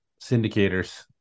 syndicators